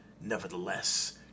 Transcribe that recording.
Nevertheless